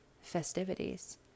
festivities